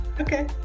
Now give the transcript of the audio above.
Okay